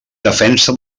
defensa